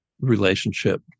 relationship